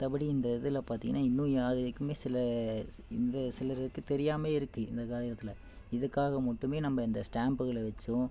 மற்றபடி இந்த இதில் பார்த்திங்கனா இன்னும் யாருக்குமே சில இந்த சிலருக்கு தெரியாமலேயே இருக்குது இந்த காலத்தில் இதுக்காக மட்டுமே நம்ம இந்த ஸ்டாம்புகளை வச்சும்